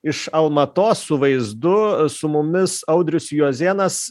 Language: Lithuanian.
iš almatos su vaizdu su mumis audrius juozėnas